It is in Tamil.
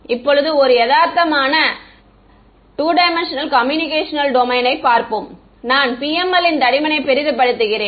இப்போது ஒரு யதார்த்தமான 2D கம்பியூட்டேஷனல் டொமைனை பார்ப்போம் நான் PML ன் தடிமனை பெரிதுபடுத்துகிறேன்